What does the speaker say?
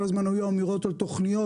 כל הזמן היו אמירות על תוכניות,